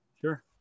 Sure